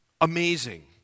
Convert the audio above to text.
amazing